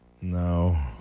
No